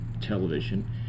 television